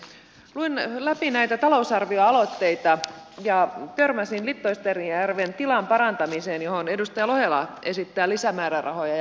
luin läpi näitä talousarvioaloitteita ja törmäsin littoistenjärven tilan parantamiseen johon edustaja lohela esittää lisämäärärahoja